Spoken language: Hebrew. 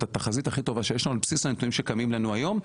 את התחזית הכי טובה שיש לנו על בסיס הנתונים שקיימים לנו היום,